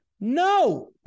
no